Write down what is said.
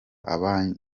abanya